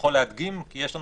יש לנו